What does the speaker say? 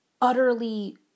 utterly